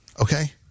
okay